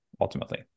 ultimately